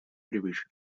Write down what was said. превыше